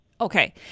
Okay